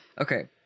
Okay